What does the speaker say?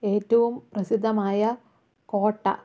ഏറ്റവും പ്രസിദ്ധമായ കോട്ട